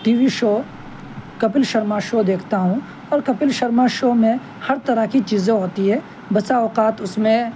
T V show Kapil Sharma show دیکھتا ہوں اور کپل شرما شو میں ہر طرح کی چیزیں ہوتی ہیں بسا اوقات اس میں